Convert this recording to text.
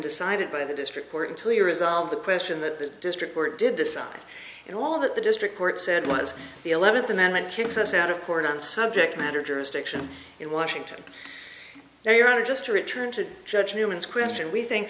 decided by the district court until you resolve the question that the district court did decide and all that the district court said was the eleventh amendment kicks us out of court on subject matter jurisdiction in washington now your honor just to return to judge newman's question we think